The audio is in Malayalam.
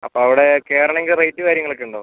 അപ്പം അവിടെ കയറണെങ്കിൽ റേറ്റ് കാര്യങ്ങളൊക്കെ ഉണ്ടോ